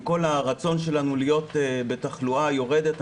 עם כל הרצון שלנו להיות בתחלואה יורדת,